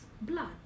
blood